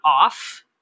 off